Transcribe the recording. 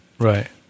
right